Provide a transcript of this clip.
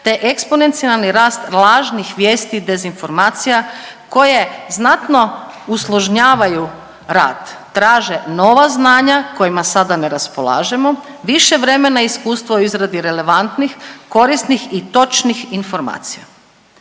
te eksponencijalni rast lažnih vijesti, dezinformacija koje znatno usložnjavaju rad, traže nova znanja kojima sada ne raspolažemo, više vremena i iskustvo u izradi relevantnih, korisnih i točnih informacija.